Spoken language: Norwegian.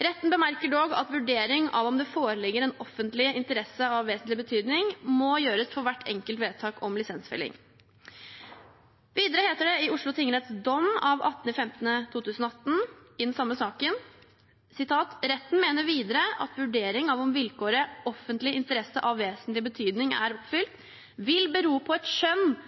Retten bemerker dog at vurderingen av om det foreligger en offentlig interesse av vesentlig betydning må gjøres for hvert enkelt vedtak om lisensfelling.» Videre heter det i Oslo tingretts dom av 18. mai 2018, i den samme saken: «Retten mener videre at vurderingen av om vilkåret «offentlig interesse av vesentlig betydning» er oppfylt vil bero på et skjønn